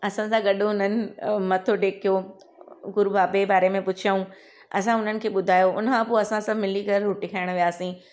असां सां गॾु हुननि मथो टेकियो गुरू बाबे बारे में पुछियऊं असां हुननि खे ॿुधायो हुनखां पोइ असां सभु मिली करे हुते रोटी खाइण वियासीं